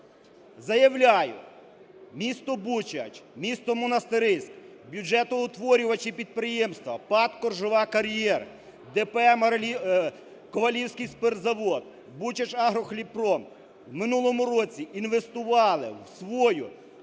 Заявляю: місто Бучач, місто Монастириська, бюджетоутворюючі підприємства, ПАТ "Коржова кар'єр", ДП "Ковалівський спиртзавод", "Бучачагрохлібпром" в минулому році інвестували в свою